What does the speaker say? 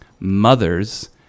Mothers